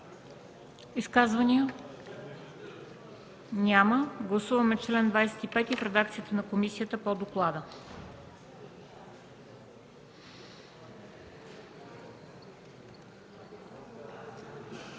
Изказвания? Няма. Гласуваме чл. 25 в редакцията на комисията по доклада.